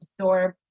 absorb